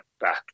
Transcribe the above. back